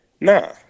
Nah